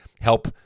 help